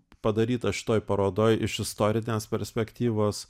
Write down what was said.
padaryta šitoj parodoj iš istorinės perspektyvos